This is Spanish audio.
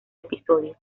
episodio